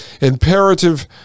imperative